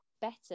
better